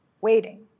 waiting